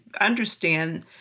understand